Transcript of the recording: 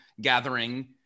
gathering